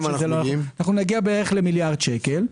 עברו, נגיע למיליארד שקל בערך.